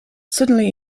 suddenly